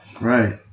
Right